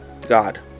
God